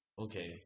okay